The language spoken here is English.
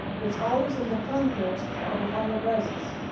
it's always in the context of the final crisis.